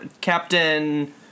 Captain